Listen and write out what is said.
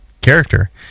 character